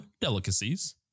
Delicacies